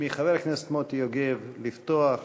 יוגב לפתוח,